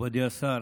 מכובדי השר,